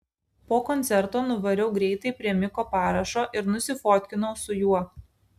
po koncerto nuvariau greitai prie miko parašo ir nusifotkinau su juo